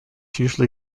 usually